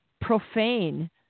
profane